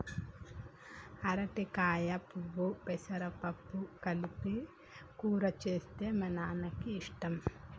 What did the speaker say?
అరటికాయ పువ్వు పెసరపప్పు కలిపి కూర చేస్తే మా నాన్నకి ఇష్టం